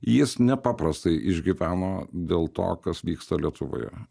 jis nepaprastai išgyveno dėl to kas vyksta lietuvoje